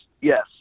yes